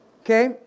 Okay